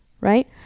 right